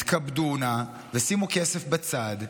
התכבדו נא ושימו כסף בצד,